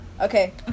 Okay